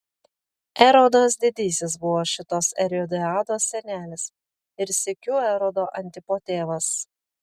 erodas didysis buvo šitos erodiados senelis ir sykiu erodo antipo tėvas